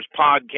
Podcast